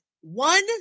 One